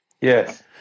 yes